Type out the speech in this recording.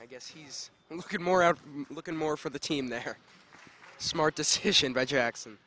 i guess he's more out looking more for the team they're smart decision by jackson